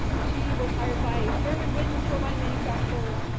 she was hired by german wind turbine manufacturer,